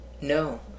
No